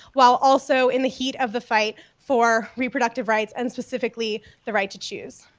while also in the heat of the fight for reproductive rights, and specifically, the right to choose.